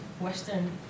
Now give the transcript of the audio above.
western